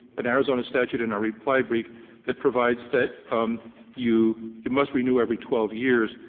an arizona statute in our reply brief that provides that um you you must renew every twelve years.